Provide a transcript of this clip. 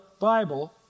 Bible